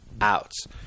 outs